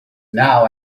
now